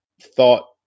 thought